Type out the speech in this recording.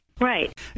Right